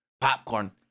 popcorn